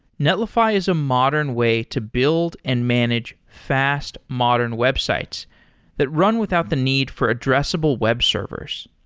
netlify is a modern way to build and manage fast modern websites that run without the need for addressable web servers.